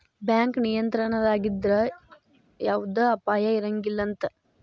bank ನಿಯಂತ್ರಣದಾಗಿದ್ರ ಯವ್ದ ಅಪಾಯಾ ಇರಂಗಿಲಂತ್